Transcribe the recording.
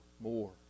more